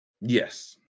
yes